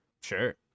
Sure